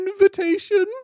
invitation